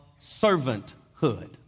servanthood